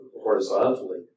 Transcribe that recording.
horizontally